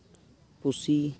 ᱯᱩᱥᱤ